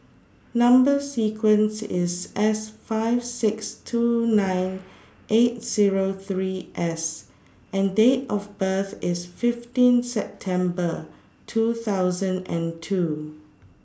Number sequence IS S five six two nine eight Zero three S and Date of birth IS fifteen September two thousand and two